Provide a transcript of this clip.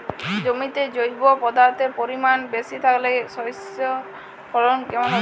জমিতে জৈব পদার্থের পরিমাণ বেশি থাকলে শস্যর ফলন কেমন হবে?